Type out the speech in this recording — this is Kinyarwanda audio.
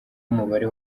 umubare